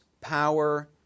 power